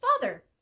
father